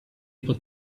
able